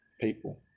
people